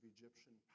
Egyptian